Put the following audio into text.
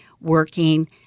working